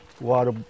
water